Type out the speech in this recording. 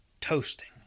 toasting